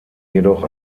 jedoch